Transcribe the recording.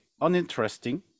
Uninteresting